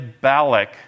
Balak